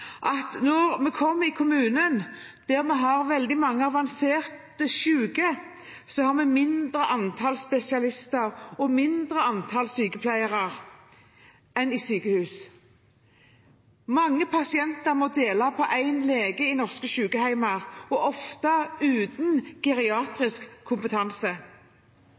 at når vi kommer til kommunen, der vi har veldig mange avansert syke, har vi et mindre antall spesialister og et mindre antall sykepleiere enn i sykehus. Mange pasienter i norske sykehjem må dele på én lege, ofte uten geriatrisk kompetanse. En samlet komité peker på at geriatrisk kompetanse